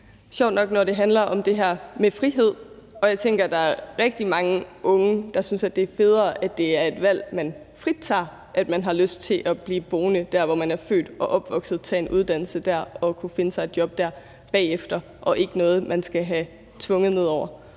sjovt nok, når det handler om det her med frihed. Jeg tænker, at der er rigtig mange unge, der synes, at det er federe, at det er et valg, man frit tager, at man har lyst til at blive boende der, hvor man er født og opvokset, tage en uddannelse der og kunne finde sig et job der bagefter. Det er ikke noget, man skal have tvunget ned over